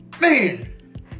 Man